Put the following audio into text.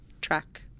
track